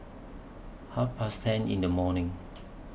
Half Past ten in The morning